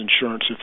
insurance